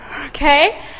Okay